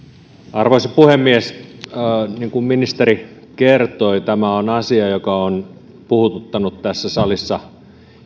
arvoisa puhemies niin kuin ministeri kertoi tämä on asia joka on puhututtanut tässä salissa